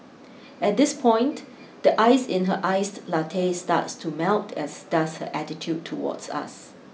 at this point the ice in her iced latte starts to melt as does her attitude towards us